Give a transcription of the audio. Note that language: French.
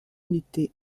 unité